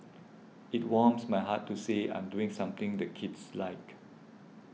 it warms my heart to say I'm doing something the kids like